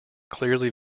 clearly